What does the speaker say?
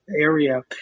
area